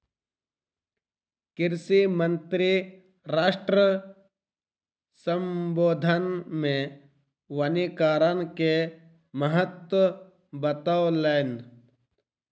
कृषि मंत्री राष्ट्र सम्बोधन मे वनीकरण के महत्त्व बतौलैन